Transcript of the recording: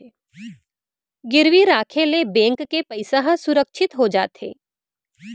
गिरवी राखे ले बेंक के पइसा ह सुरक्छित हो जाथे